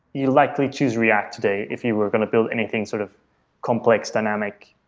you likely choose react today if you were going to build anything sort of complex, dynamic,